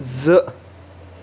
زٕ